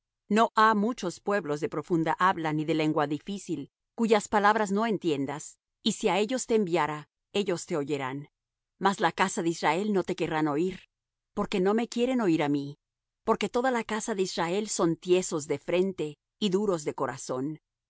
no á muchos pueblos de profunda habla ni de lengua difícil cuyas palabras no entiendas y si á ellos te enviara ellos te oyeran mas la casa de israel no te querrán oir porque no me quieren oír á mí porque toda la casa de israel son tiesos de frente y duros de corazón he